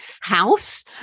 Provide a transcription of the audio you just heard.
house